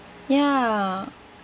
ya